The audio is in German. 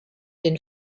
den